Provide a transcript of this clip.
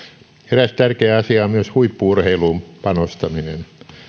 eräs tärkeä asia on myös huippu urheiluun panostaminen